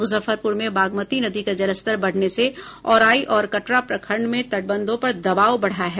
मुजफ्फरपूर में बागमती नदी का जलस्तर बढ़ने से औराई और कटरा प्रखंड में तटबंधों पर दबाव बढ़ा है